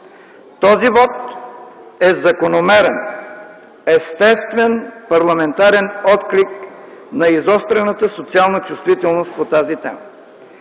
Този вот е закономерен, естествен парламентарен отклик на изострената социална чувствителност по тази тема.